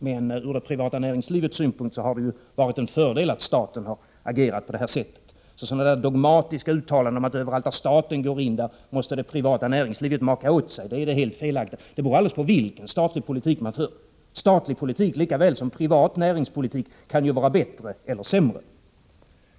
Men ur det privata näringslivets synpunkt har det varit en fördel att staten har agerat på det här sättet. Sådana dogmatiska uttalanden som att överallt där staten går in måste det privata näringslivet maka åt sig är helt felaktiga. Det beror alldeles på vilken statlig politik man för. Statlig politik lika väl som privat näringspolitik kan vara bättre eller sämre.